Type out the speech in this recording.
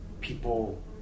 people